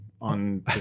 on